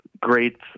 great